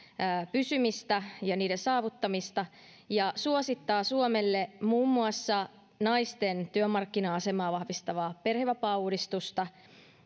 pysymistä ja niiden saavuttamista ja suosittaa suomelle muun muassa naisten työmarkkina asemaa vahvistavan perhevapaauudistuksen